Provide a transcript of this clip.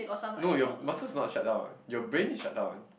no your muscle is not shut down your brain is shut down